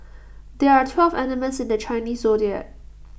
there are twelve animals in the Chinese Zodiac